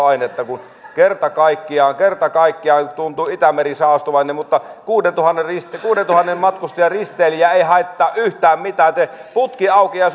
ainetta kun kerta kaikkiaan kerta kaikkiaan tuntuu itämeri saastuvan mutta kuudentuhannen matkustajan risteilijä ei haittaa yhtään mitään putki auki ja